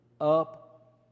up